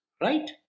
Right